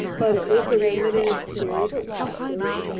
but it was a limited series of classes, and